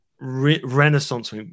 Renaissance